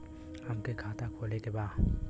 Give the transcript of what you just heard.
हमके खाता खोले के बा?